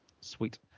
sweet